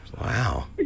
Wow